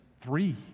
three